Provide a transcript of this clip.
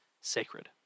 sacred